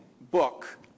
book